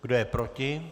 Kdo je proti?